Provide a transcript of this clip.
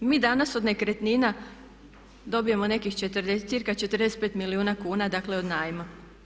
Mi danas od nekretnina dobijemo nekih cca 45 milijuna kuna, dakle od najma.